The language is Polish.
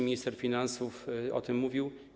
Minister finansów o tym mówił.